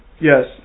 Yes